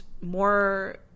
More